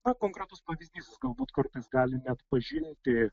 na konkretus pavyzdys galbūt kartais gali neatpažinti